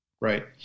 Right